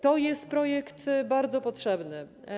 To jest projekt bardzo potrzebny.